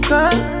Come